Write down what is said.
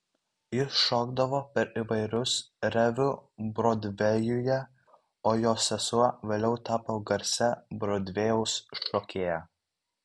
jis šokdavo per įvairius reviu brodvėjuje o jo sesuo vėliau tapo garsia brodvėjaus šokėja